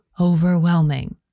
overwhelming